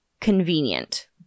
convenient